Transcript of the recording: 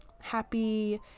happy